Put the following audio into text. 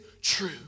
true